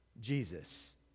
Jesus